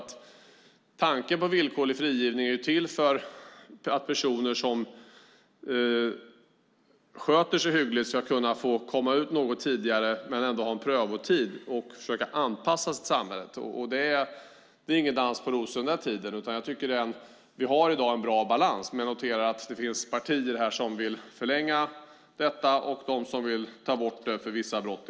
Tanken med villkorlig frigivning är att personer som sköter sig hyggligt ska kunna komma ut något tidigare men ändå ha en prövotid och försöka anpassas till samhället. Den tiden är ingen dans på rosor. Vi har i dag har en bra balans, men jag noterar att det finns partier här som vill förlänga detta eller ta bort det för vissa brott.